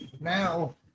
now